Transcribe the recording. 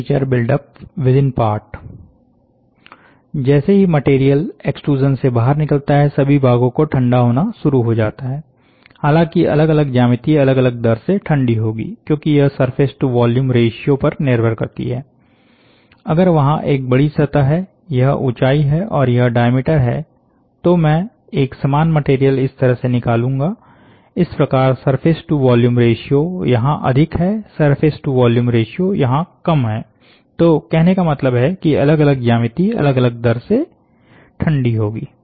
temperature build up within part जैसे ही material extrusion से बाहर निकलता है सभी भागों का ठंडा होना शुरू हो जाता है हालांकि अलग अलग ज्यामिति अलग अलग दर से ठंडी होगी क्योंकि यह सरफेस टु वॉल्यूम रेश्यो पर निर्भर करती है अगर वहां एक बड़ी सतह है यह ऊंचाई है और यह डायामीटर है तो मैं एक समान मटेरियल इसी तरह से निकालूंगा इस प्रकार सरफेस टु वॉल्यूम रेश्यो यहां अधिक है सरफेस टु वॉल्यूम रेश्यो यहां कम है तो कहने का मतलब है कि अलग अलग ज्यामिति अलग अलग दर से ठंडी होगी